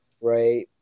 Right